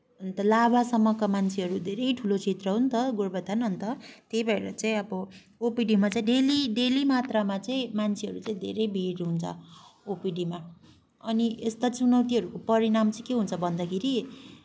अन्त लाभासम्मका मान्छेहरू धेरै ठुलो क्षेत्र हो नि त गोरुबथान अन्त त्यही भएर चाहिँ अब ओपिडीमा चाहिँ डेली डेली मात्रामा चाहिँ मान्छेहरू चाहिँ धेरै भिड हुन्छ ओपिडीमा अनि यस्ता चुनौतीहरूको परिणाम चाहिँ के हुन्छ भन्दाखेरि